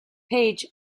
page